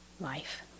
life